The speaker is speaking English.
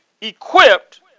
equipped